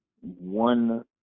one